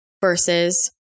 versus